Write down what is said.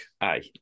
Aye